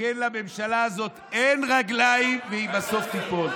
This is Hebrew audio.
לממשלה הזאת אין רגליים, והיא בסוף תיפול.